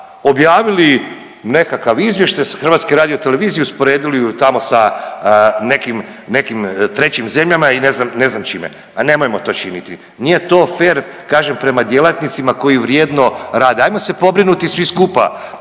objavili nekakav izvještaj sa HRT-a i usporedili ju tamo sa nekim, nekim trećim zemljama i ne znam, ne znam s čime, a nemojmo to činiti, nije to fer kažem prema djelatnicima koji vrijedno rade. Ajmo se pobrinuti svi skupa